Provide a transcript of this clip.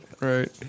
Right